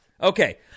Okay